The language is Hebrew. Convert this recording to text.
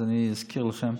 אז אני אזכיר לכם: